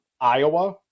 Iowa